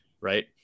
right